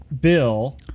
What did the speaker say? bill